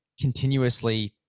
continuously